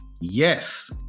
yes